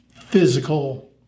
physical